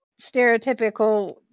stereotypical